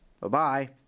Bye-bye